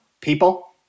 people